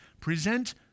present